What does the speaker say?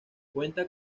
cuenta